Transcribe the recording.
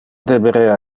deberea